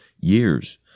years